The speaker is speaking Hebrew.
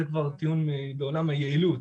זה כבר טיעון בעולם היעילות.